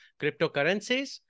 cryptocurrencies